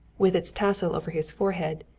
with its tassel over his forehead,